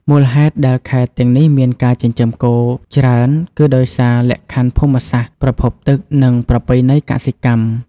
មូលហេតុដែលខេត្តទាំងនេះមានការចិញ្ចឹមគោច្រើន គឺដោយសារ លក្ខខណ្ឌភូមិសាស្ត្រ ប្រភពទឹក និងប្រពៃណីកសិកម្ម។